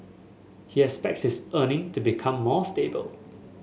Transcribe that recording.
he expects his earning to become more stable